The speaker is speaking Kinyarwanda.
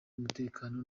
umutekano